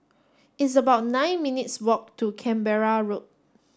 it's about nine minutes' walk to Canberra Road